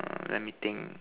let me think